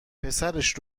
پسرش